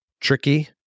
tricky